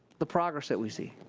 the progress that we see.